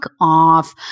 off